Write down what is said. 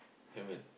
haven't